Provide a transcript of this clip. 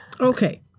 Okay